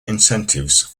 incentives